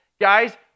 Guys